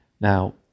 Now